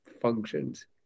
functions